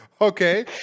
Okay